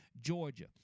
Georgia